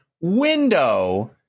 window